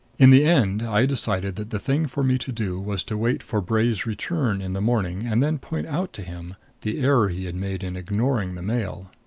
in the end i decided that the thing for me to do was to wait for bray's return in the morning and then point out to him the error he had made in ignoring the mail.